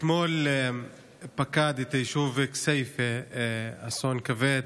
אתמול פקד את היישוב כסייפה אסון כבד,